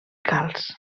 calç